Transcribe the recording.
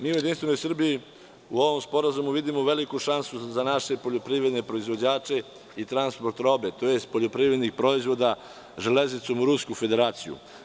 Mi u Jedinstvenoj Srbiji u ovom sporazumu vidimo veliku šansu za naše poljoprivredne proizvođače i transport robe, tj. poljoprivrednih proizvoda železnicom u Rusku Federaciju.